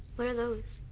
what are those?